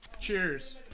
Cheers